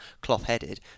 cloth-headed